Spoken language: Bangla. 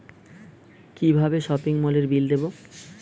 কিভাবে সপিং মলের বিল দেবো?